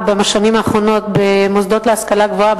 בשנים האחרונות במוסדות להשכלה גבוהה,